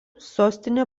sostinė